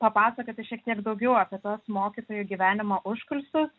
papasakoti šiek tiek daugiau apie tuos mokytojų gyvenimo užkulisius